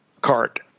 cart